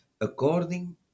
according